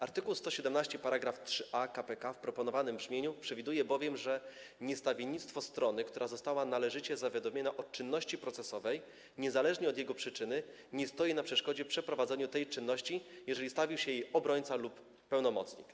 Art. 117 § 3a k.p.k. w proponowanym brzmieniu przewiduje bowiem, że niestawiennictwo strony, która została należycie zawiadomiona o czynności procesowej, niezależnie od jego przyczyny, nie stoi na przeszkodzie przeprowadzeniu tej czynności, jeżeli stawił się jej obrońca lub pełnomocnik.